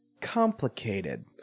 complicated